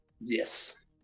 Yes